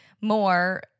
more